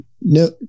no